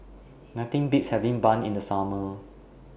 Nothing Beats having Bun in The Summer